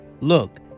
Look